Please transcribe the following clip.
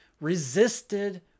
resisted